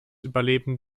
überleben